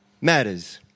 matters